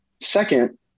Second